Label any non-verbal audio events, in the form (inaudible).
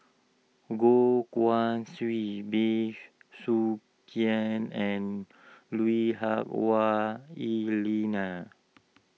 Goh Guan Siew Bey (noise) Soo Khiang and Lui Hah Wah Elena